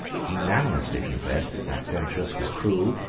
unanimously confess that maxentius was cruel,